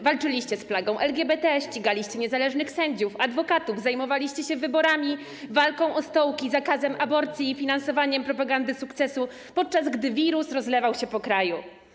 Walczyliście z plagą LGBT, ścigaliście niezależnych sędziów, adwokatów, zajmowaliście się wyborami, walką o stołki, zakazem aborcji i finansowaniem propagandy sukcesu, podczas gdy wirus rozlewał się po kraju.